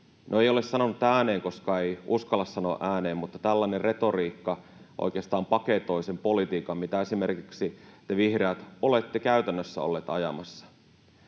ei ole sanonut ääneen, koska ei uskalla sanoa ääneen, mutta tällainen retoriikka oikeastaan paketoi sen politiikan, mitä esimerkiksi te vihreät olette käytännössä olleet ajamassa.